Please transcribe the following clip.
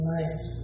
Life